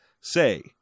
Say